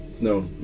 No